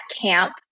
camp